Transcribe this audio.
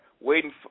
waiting